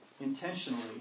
intentionally